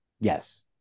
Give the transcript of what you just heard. Yes